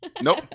Nope